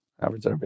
average